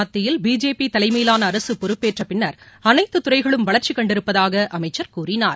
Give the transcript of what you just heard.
மத்தியில் பிஜேபி தலைமையிலான அரசு பொறப்பேற்ற பின்னர் அனைத்து துறைகளும் வளர்ச்சி கண்டிருப்பதாக அமைச்சர் கூறினார்